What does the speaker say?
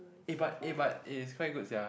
eh but eh but eh it's quite good sia